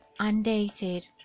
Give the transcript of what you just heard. undated